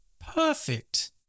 perfect